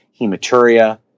hematuria